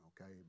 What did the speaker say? okay